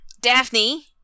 Daphne